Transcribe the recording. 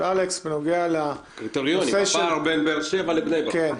אלכס בנוגע לפער בין באר שבע לבני ברק.